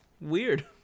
Weird